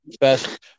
best